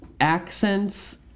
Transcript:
Accents